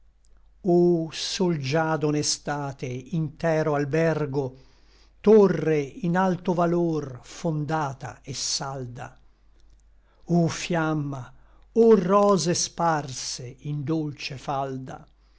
o sol già d'onestate intero albergo torre in alto valor fondata et salda o fiamma o rose sparse in dolce falda